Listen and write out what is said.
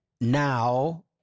now